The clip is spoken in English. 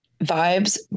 vibes